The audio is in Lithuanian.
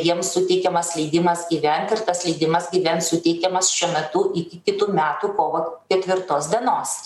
jiems suteikiamas leidimas gyvent ir tas leidimas gyvent suteikiamas šiuo metu iki kitų metų kovo ketvirtos dienos